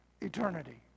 eternity